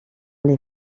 les